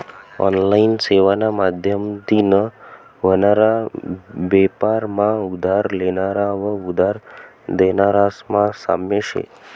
online सेवाना माध्यमतीन व्हनारा बेपार मा उधार लेनारा व उधार देनारास मा साम्य शे